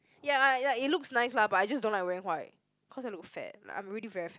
ya I like it looks nice lah but I just don't like wearing white cause I look fat like I'm really very fat